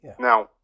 Now